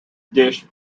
dish